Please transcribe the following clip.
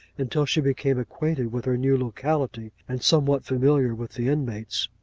until she became acquainted with her new locality, and somewhat familiar with the inmates,